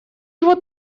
его